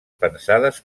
pensades